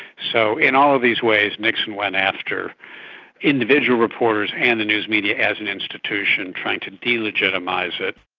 so in all of these ways nixon went after individual reporters and the news media as an institution, trying to delegitimise it.